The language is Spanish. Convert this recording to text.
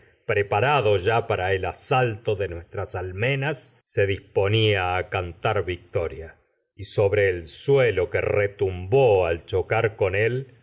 preparado ya para el asalto de nuestras sobre el suelo almenas se disponía a que cantar victoria y retumbó al chocar con él